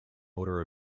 order